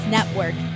Network